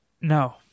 No